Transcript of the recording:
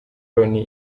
loni